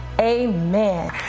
Amen